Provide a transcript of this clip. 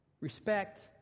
Respect